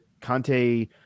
conte